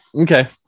Okay